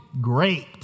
Great